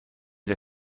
der